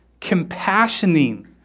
compassioning